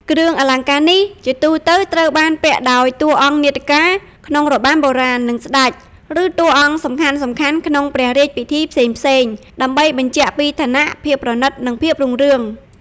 គ្រឿងអលង្ការនេះ ជាទូទៅត្រូវបានពាក់ដោយ តួអង្គនាដកា ក្នុងរបាំបុរាណ និង ស្តេច ឬតួអង្គសំខាន់ៗក្នុងព្រះរាជពិធីផ្សេងៗ ដើម្បីបញ្ជាក់ពីឋានៈ ភាពប្រណីត និងភាពរុងរឿង។